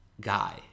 guy